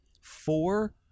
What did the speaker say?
Four